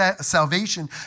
salvation